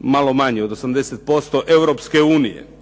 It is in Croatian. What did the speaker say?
malo manje od 80% Europske unije.